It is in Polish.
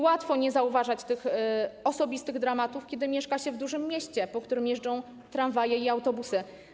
Łatwo nie zauważać tych osobistych dramatów, kiedy mieszka się w dużym mieście, po którym jeżdżą tramwaje i autobusy.